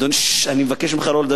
אני מבקש ממך לא לדבר בקול,